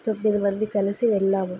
తొమ్మిది మంది కలిసి వెళ్ళాము